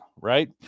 right